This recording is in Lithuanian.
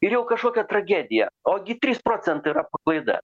ir jau kažkokia tragedija ogi trys procentai yra paklaida